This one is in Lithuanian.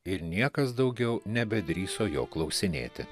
ir niekas daugiau nebedrįso jo klausinėti